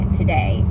today